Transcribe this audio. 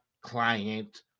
client